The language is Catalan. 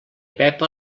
pepa